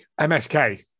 MSK